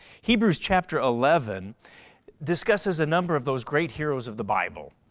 hebrews chapter eleven discusses a number of those great heroes of the bible.